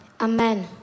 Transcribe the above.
Amen